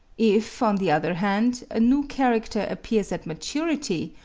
if, on the other hand, a new character appears at maturity,